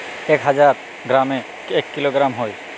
এক হাজার গ্রামে এক কিলোগ্রাম হয়